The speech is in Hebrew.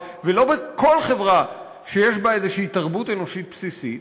ולא בכל חברה שיש בה איזושהי תרבות אנושית בסיסית,